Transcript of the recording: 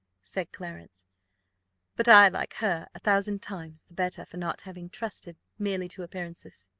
said clarence but i like her a thousand times the better for not having trusted merely to appearances.